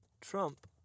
Trump